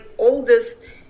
oldest